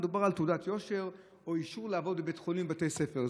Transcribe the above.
מדובר על תעודת יושר או אישור לעבוד בבית חולים או בבתי ספר.